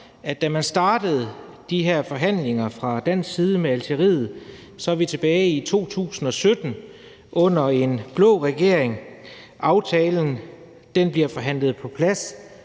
side startede de her forhandlinger med Algeriet, var det tilbage i 2017 under en blå regering. Aftalen bliver forhandlet på plads